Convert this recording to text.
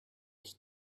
qui